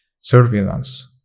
surveillance